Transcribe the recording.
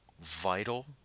vital